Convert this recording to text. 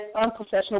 unprofessional